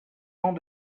tant